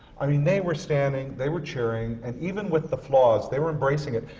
i mean, they were standing, they were cheering. and even with the flaws, they were embracing it.